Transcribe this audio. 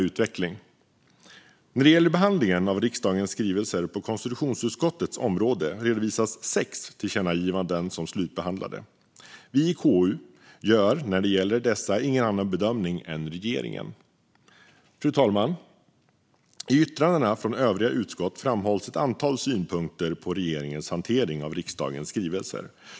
Gransknings-betänkande våren 2021Vissa frågor om statsråds tjänste-utövning När det gäller behandlingen av riksdagens skrivelser på konstitutionsutskottets område redovisas sex tillkännagivanden som slutbehandlade. Vi i KU gör när det gäller dessa ingen annan bedömning än regeringen. Fru talman! I yttrandena från övriga utskott framhålls ett antal synpunkter på regeringens hantering av riksdagens skrivelser.